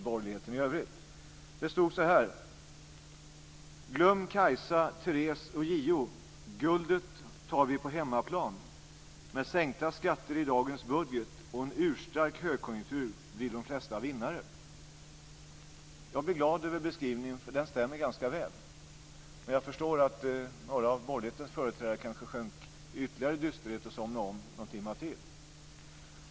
Det stod så här: "Glöm Kajsa, Therese och J-O. Guldet tar vi på hemmaplan. Med sänkta skatter i dagens budget och en urstark högkonjunktur blir de flesta vinnare." Jag blir glad över beskrivningen, för den stämmer ganska väl, men jag förstår om kanske några av borgerlighetens företrädare försjönk ytterligare i dysterhet och somnade om någon timme till.